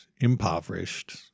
impoverished